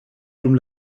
dum